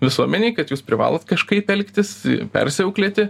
visuomenei kad jūs privalot kažkaip elgtis persiauklėti